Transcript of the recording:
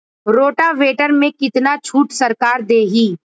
Rotavator में कितना छूट सरकार देही?